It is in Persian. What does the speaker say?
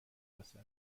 کاسه